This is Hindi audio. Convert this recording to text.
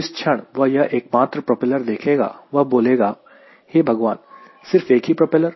जिस क्षण वह यह एकमात्र प्रोपेलर देखेगा वह बोलेगा हे भगवान सिर्फ एक ही प्रोपेलर